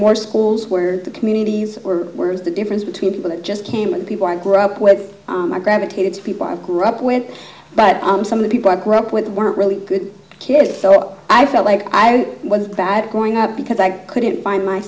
more schools where the communities were worse the difference between people that just came and people i grew up with i gravitated to people grow up with but some of the people i grew up with weren't really good kids so i felt like i was bad growing up because i couldn't find my